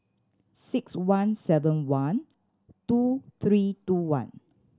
six one seven one two three two one